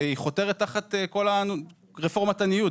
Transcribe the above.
שהיא חותרת תחת כל רפורמת הניוד